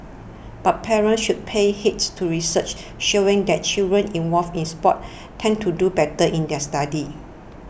but parents should pay heed to research showing that children involved in sports tend to do better in their studies